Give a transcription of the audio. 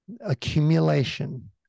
accumulation